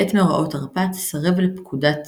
בעת מאורעות תרפ"ט, סירב לפקודת